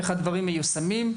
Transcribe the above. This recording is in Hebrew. איך הדברים מיושמים.